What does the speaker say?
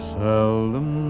seldom